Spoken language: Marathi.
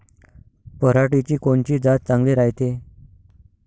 पऱ्हाटीची कोनची जात चांगली रायते?